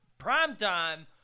Primetime